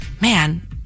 man